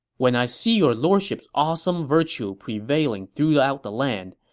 when i see your lordship's awesome virtue prevails throughout the land,